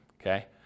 Okay